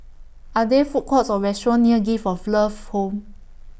Are There Food Courts Or restaurants near Gift of Love Home